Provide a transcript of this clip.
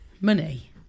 Money